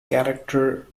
character